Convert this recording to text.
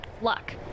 Luck